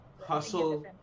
Hustle